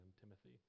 Timothy